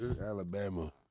Alabama